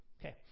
Okay